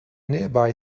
nearby